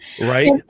right